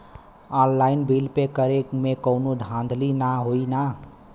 Online bill pay करे में कौनो धांधली ना होई ना?